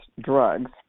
drugs